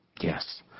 Yes